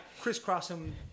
crisscrossing